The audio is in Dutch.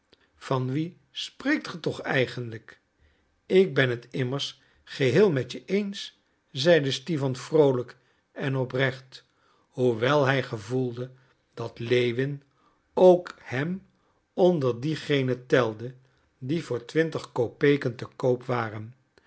van wie spreekt ge toch eigenlijk ik ben het immers geheel met je eens zeide stipan vroolijk en oprecht hoewel hij gevoelde dat lewin ook hem onder diegenen telde die voor twintig kopeken te koop waren